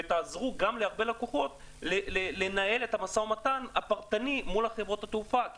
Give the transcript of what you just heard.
ותעזרו להרבה לקוחות לנהל את המשא ומתן הפרטני מול חברות התעופה כי